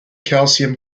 calcium